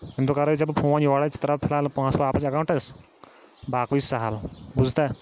تَمہِ دۄہ کَرَے ژےٚ بہٕ فون یورَے ژٕ ترٛاو فِلحال پٲنٛسہٕ واپَس اٮ۪کاوُنٛٹَس باقٕے چھُ سَہَل بوٗزتھا